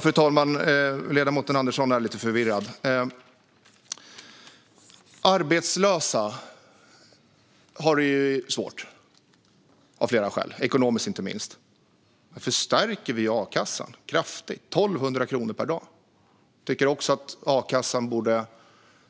Fru talman! Ledamoten Andersson är lite förvirrad. Arbetslösa har det ju svårt av flera skäl, inte minst ekonomiskt. Därför stärker vi a-kassan kraftigt, med 1 200 kronor per dag. Jag tycker också att a-kassan borde